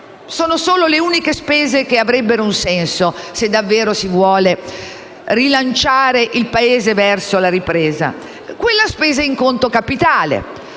sono solo le uniche spese che avrebbero un senso se davvero si volesse rilanciare il Paese verso la ripresa; quella spesa in conto capitale